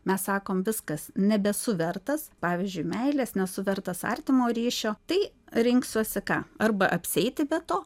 mes sakom viskas nebesu vertas pavyzdžiui meilės nesu vertas artimo ryšio tai rinksiuosi ką arba apsieiti be to